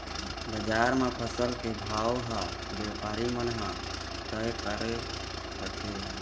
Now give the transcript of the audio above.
बजार म फसल के भाव ह बेपारी मन ह तय करे रथें